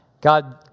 God